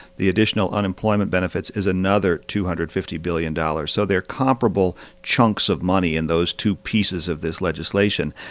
the additional unemployment benefits is another two hundred and fifty billion dollars. so they're comparable chunks of money in those two pieces of this legislation.